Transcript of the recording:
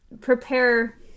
prepare